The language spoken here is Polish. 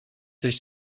coś